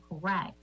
correct